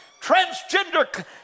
Transgender